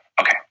Okay